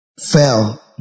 fell